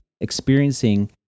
experiencing